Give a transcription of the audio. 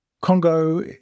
Congo